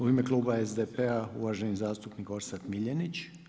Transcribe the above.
U ime kluba SDP-a uvaženi zastupnik Orsat Miljenić.